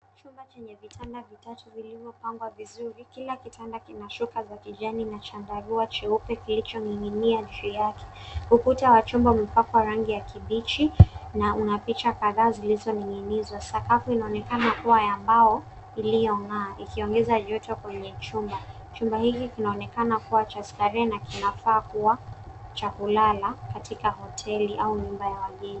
Chumba chenye vitanda vitatu vilivyopangwa vizuri. Kila kitanda kina shuka la kijani na chandarua cheupe kilicho ning'inia juu yake. Ukuta wa chumba umepakwa rangi ya kibichi na una picha kadhaa zilizoning'inizwa. Sakafu inaonekana kuwa ya mbao iliyong'aa ikiongeza joto kwenye chumba. Chumba hiki kinaoekana kuwa cha starehee na kinafaa kuwa cha kulala katika hoteli au nyumba ya wageni.